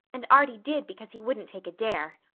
and arty did because he wouldn't take a dare.